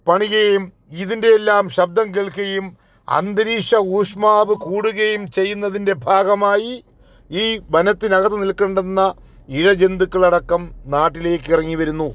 പണികയും ഇതിൻ്റെയെല്ലാം ശബ്ദം കേൾക്കുകയും അന്തരീക്ഷ ഊഷ്മാവ് കൂടുകയും ചെയ്യുന്നതിൻ്റെ ഭാഗമായി ഈ വനത്തിനകത്ത് നിൽക്കേണ്ടുന്ന ഇഴജന്തുക്കളടക്കം നാട്ടിലേക്ക് ഇറങ്ങി വരുന്നു